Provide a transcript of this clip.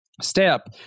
step